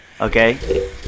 okay